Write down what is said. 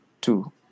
two